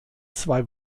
zwei